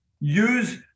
use